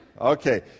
Okay